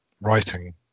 writing